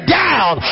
down